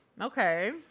Okay